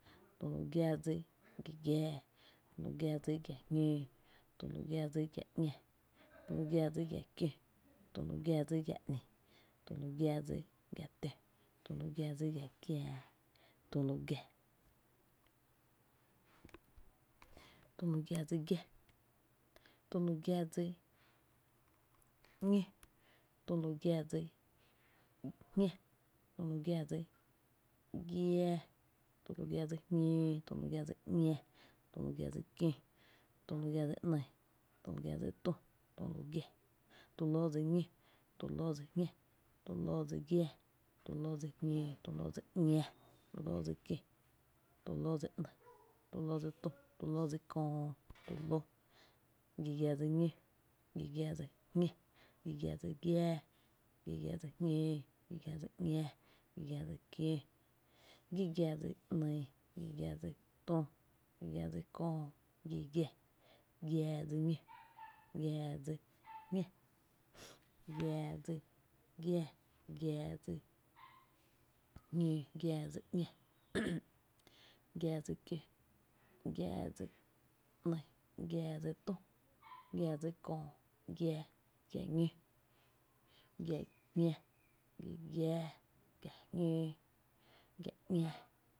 tü lu gia dsi giⱥ giⱥá, tü lu gia dsi giⱥ jñóó, tü lu gia dsi giⱥ ‘ña, tü lu gia dsi giⱥ kió, tü lu gia dsi giⱥ ‘nï, tü lu gia dsi giⱥ tö, tü lu gia dsi giⱥ kiää, tü lu gia dsi giⱥ, tü lu gia dsi ñó, tü lu gia dsi jñá, tü lu gia dsi giⱥá, tü lu gia dsi jñóó, tü lu gia dsi ‘ña, tü lu gia dsi kió, tü lu gia dsi ‘ny, tü lu gia dsi tu, tü lu gia dsi köö, tü lu giⱥ, tulóó dsi ñó, tulóó dsi jñá, tulóó dsi giⱥⱥ, tulóó dsi jñóo, tulóó dsi ‘ña, tulóó dsi kió, tulóó dsi ‘ny, tulóó dsi tü, tulóó dsi köö, tulóó, gi giⱥ dsi ñó, gi giⱥ dsi jñá, gi giⱥ dsi giⱥá, gi giⱥ dsi jñóó, gi giⱥ dsi ‘ña, gi giⱥ dsi kió, gi giⱥ dsi ‘ny, gi giⱥ dsi tü, gi giⱥ dsi köö, giⱥⱥ, giⱥ ñó, giⱥ jñá, giⱥ giⱥá, giⱥ jñóó, giⱥ ‘ña